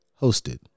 hosted